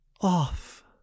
off